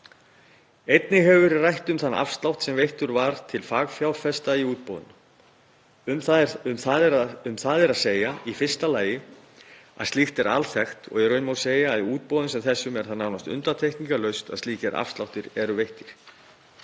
Einnig hefur verið rætt um þann afslátt sem veittur var til fagfjárfesta í útboðinu. Um það er að segja í fyrsta lagi að slíkt er alþekkt og í raun má segja að í útboðum sem þessum séu nánast undantekningarlaust slíkir afslættir veittir.